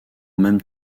même